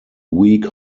week